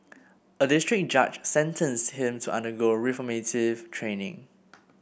a district judge sentenced him to undergo reformative training